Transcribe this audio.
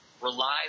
relies